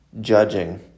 judging